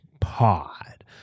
pod